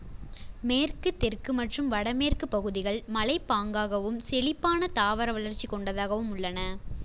மேற்கு தெற்கு மற்றும் வடமேற்குப் பகுதிகள் மலைப்பாங்காகவும் செழிப்பான தாவர வளர்ச்சி கொண்டதாகவும் உள்ளன